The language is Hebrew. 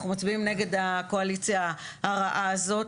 אנחנו מצביעים נגד הקואליציה הרעה הזאת.